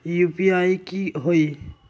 UPI की होई?